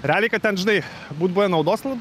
realiai kad ten žinai būt buvę naudos nu